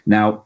Now